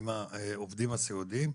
העובדים הסיעודיים,